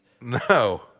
No